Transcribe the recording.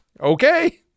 Okay